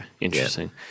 interesting